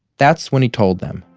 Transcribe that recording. that's when he told them,